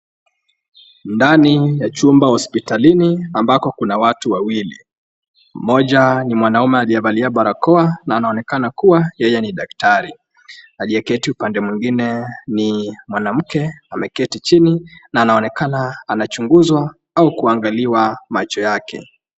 Ndani ya chumba hospitalini ambako kuna watu wawili, mmoja ni mwanamume aliyevalia barakoa na anaonekana kuwa yeye ni daktari, aliyeketi upande mwingine ni mwanamke ameketi chini na anaonekana anachunguzwa au kuangaliwa macho yake.